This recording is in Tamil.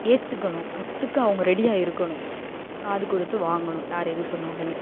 ஏற்றுக்கணும் கற்றுக்க அவங்க ரெடியாக இருக்கணும் காது கொடுத்து வாங்கணும் யார் எது சொன்னாலுமே